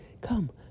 Come